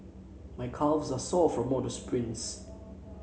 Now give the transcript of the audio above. my calves are sore from all the sprints